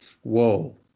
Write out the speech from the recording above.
Whoa